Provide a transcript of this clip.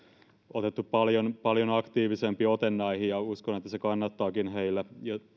otettu paljon paljon aktiivisempi ote näihin ja uskon että se kannattaakin heillä